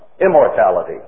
immortality